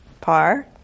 Par